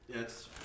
Yes